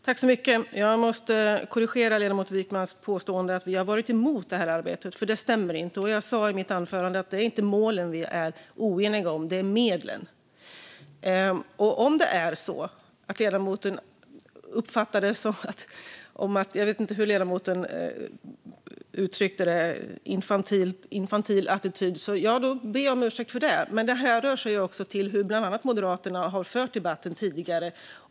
Fru talman! Jag måste korrigera ledamoten Wykmans påstående om att vi har varit emot det här arbetet. Det stämmer inte. Jag sa i mitt anförande att det inte är målen utan medlen vi är oeniga om. Om det är på det sättet att ledamoten uppfattar det som infantil attityd - jag vet inte hur ledamoten uttryckte det - ber jag om ursäkt för det. Men det rör sig också om hur bland annat Moderaterna har fört debatten tidigare.